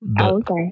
Okay